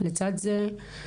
לצד זה,